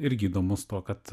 irgi įdomus tuo kad